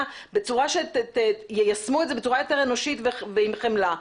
בצורה שיישמו את זה בצורה יותר אנושית ועם חמלה,